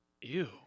Ew